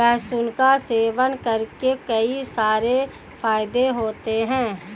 लहसुन का सेवन करने के कई सारे फायदे होते है